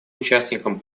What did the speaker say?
участником